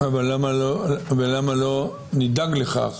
ולמה לא נדאג לכך